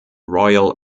royal